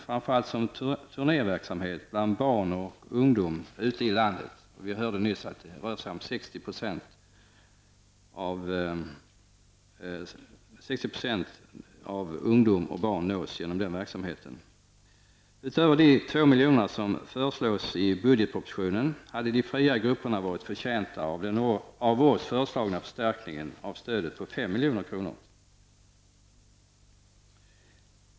Framför allt handlar det om turnéverksamhet bland barn och ungdomar ute i landet. Vi hörde nyss att 60 % av barnen och ungdomarna nås av den verksamheten. Utöver de 2 miljoner som föreslås i budgetpropositionen har de fria grupperna gjort sig förtjänta av den av oss föreslagna förstärkningen genom ett stöd om 5 milj.kr.